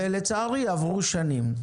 לצערי עברו שנים.